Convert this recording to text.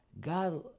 God